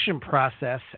process